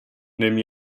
neem